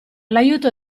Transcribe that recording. l’aiuto